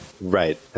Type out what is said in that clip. Right